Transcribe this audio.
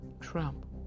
Trump